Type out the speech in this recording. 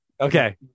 okay